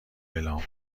اعلام